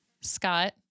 Scott